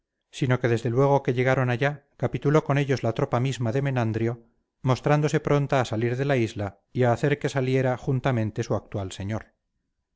sino que desde luego que llegaron allá capituló con ellos la tropa misma de menandrio mostrándose pronta a salir de la isla y a hacer que saliera juntamente su actual señor